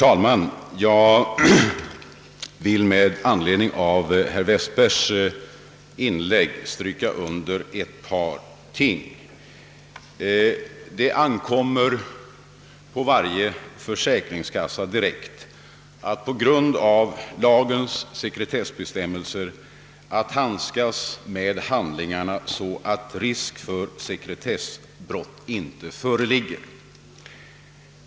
Herr talman! Med anledning av herr Westbergs inlägg vill jag stryka under ett par omständigheter. Det ankommer enligt lagens sekretessbestämmelser direkt på varje försäkringskassa att handskas med handlingarna så, att risk för sekretessbrott inte föreligger.